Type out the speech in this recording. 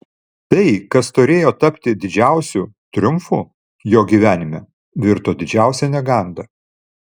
tai kas turėjo tapti didžiausiu triumfu jo gyvenime virto didžiausia neganda